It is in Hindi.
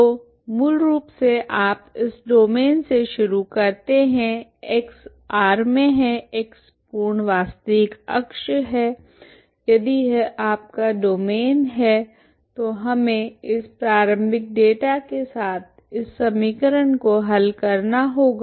तो मूल रूप से आप इस डोमैन से शुरू करते हैं x ∈ R x पूर्ण वास्तविक अक्ष है यदि यह आपका डोमैन है तो हमें इस प्रारंभिक डेटा के साथ इस समीकरण को हल करना होगा